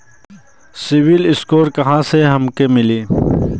CIBIL score कहाँसे हमके मिली?